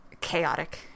chaotic